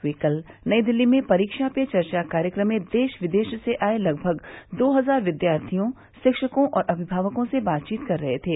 वे कल नई दिल्ली में परीक्षा पे चर्चा कार्यक्रम में देश विदेश से आये लगभग दो हजार विद्यार्थियों शिक्षकों और अभिभावकों से बात कर रहे थे